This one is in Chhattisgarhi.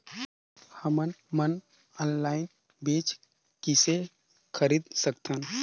हमन मन ऑनलाइन बीज किसे खरीद सकथन?